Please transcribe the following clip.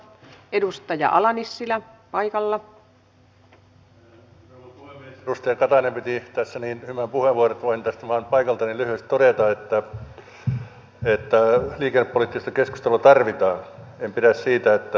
edustaja katainen piti tässä niin hyvän puheenvuoron että voin tästä paikaltani vain lyhyesti todeta että liikennepoliittista keskustelua tarvitaan